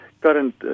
current